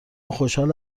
خوشحال